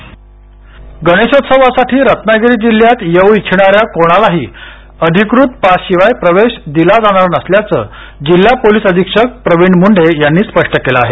गणेशोत्सव गणेशोत्सवासाठी रत्नागिरी जिल्ह्यात येऊ इच्छिणाऱ्या कोणालाही अधिकृत पासशिवाय प्रवेश दिला जाणार नसल्याचं जिल्हा पोलीस अधीक्षक प्रवीण मुंढे यांनी स्पष्ट केलं आहे